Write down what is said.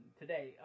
today